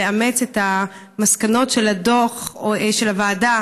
לאמץ את המסקנות של הדוח של הוועדה